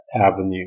avenue